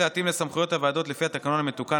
לפי התקנון המתוקן,